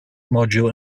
module